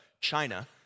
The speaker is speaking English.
China